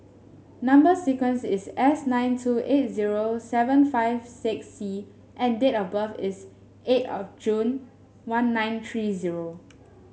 number sequence is S nine two eight zero seven five six C and date of birth is eight of June one nine three zero